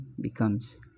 becomes